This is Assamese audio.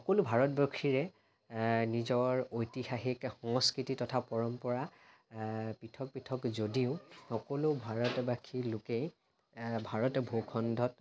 সকলো ভাৰতবাসীৰে নিজৰ ঐতিহাসিক সংস্কৃতি তথা পৰম্পৰা পৃথক পৃথক যদিও সকলো ভাৰতবাসীৰ লোকেই ভাৰতীয় ভূ খণ্ডত